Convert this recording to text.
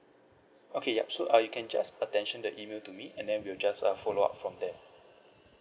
okay yup so uh you can just attention the email to me and then we'll just uh follow up from there